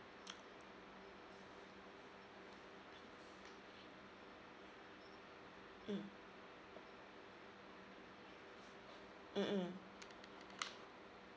mm